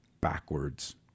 backwards